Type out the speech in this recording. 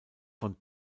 von